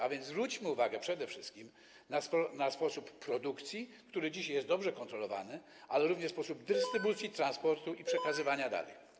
A więc zwróćmy uwagę przede wszystkim na sposób produkcji, który dziś jest dobrze kontrolowany, ale również na sposób dystrybucji, transportu i przekazywania dalej.